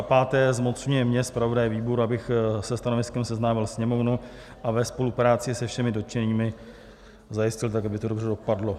5. zmocňuje mne, zpravodaje výboru, abych se stanoviskem seznámil Sněmovnu a ve spolupráci se všemi dotčenými zajistil tak, aby to dobře dopadlo.